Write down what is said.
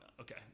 okay